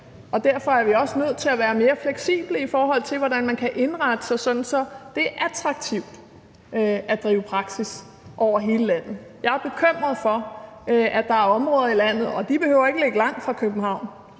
og derfor er vi også nødt til at være mere fleksible, i forhold til hvordan man kan indrette sig, sådan at det er attraktivt at drive praksis over hele landet. Jeg er bekymret for, at der er områder i landet, og de behøver ikke at ligge langt fra København,